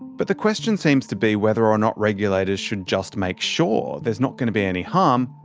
but the question seems to be whether or not regulators should just make sure there's not going to be any harm,